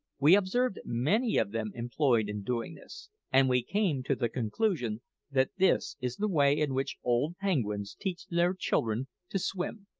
we observed many of them employed in doing this, and we came to the conclusion that this is the way in which old penguins teach their children to swim.